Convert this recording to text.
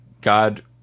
God